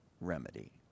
remedy